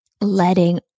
letting